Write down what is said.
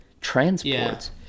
transports